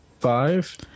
five